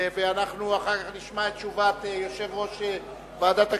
ואנחנו אחר כך נשמע את תשובת יושב-ראש ועדת הכנסת,